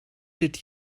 did